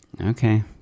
Okay